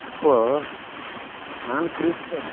இப்போது நான் கிறிஸ்தவன்